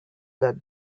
that